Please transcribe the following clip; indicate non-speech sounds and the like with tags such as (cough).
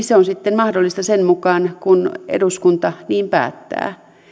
(unintelligible) se on sitten mahdollista sen mukaan kun eduskunta niin päättää